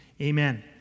amen